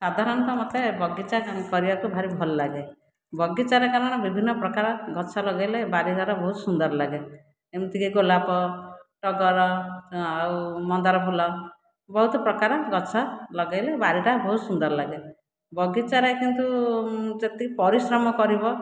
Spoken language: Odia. ସାଧାରଣତଃ ମତେ ବଗିଚା କରିବାକୁ ଭାରି ଭଲଲାଗେ ବଗିଚାରେ କାରଣ ବିଭିନ୍ନପ୍ରକାର ଗଛ ଲଗାଇଲେ ବାରିଘର ବହୁତ ସୁନ୍ଦର ଲାଗେ ଯେମିତିକି ଗୋଲାପ ଟଗର ଆଉ ମନ୍ଦାର ଫୁଲ ବହୁତ ପ୍ରକାର ଗଛ ଲଗାଇଲେ ବାରିଟା ବହୁତ ସୁନ୍ଦର ଲାଗେ ବଗିଚାରେ କିନ୍ତୁ ଯେତିକି ପରିଶ୍ରମ କରିବ